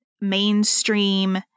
Mainstream